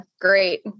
Great